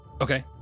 Okay